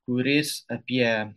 kuris apie